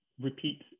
repeat